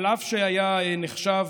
אף שהיה נחשב,